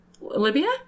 Libya